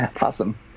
awesome